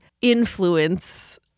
influence